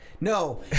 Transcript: No